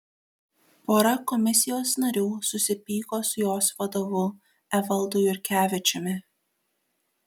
pora komisijos narių susipyko su jos vadovu evaldu jurkevičiumi